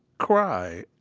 cry,